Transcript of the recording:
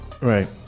Right